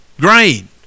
grain